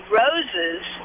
roses